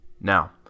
Now